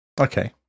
Okay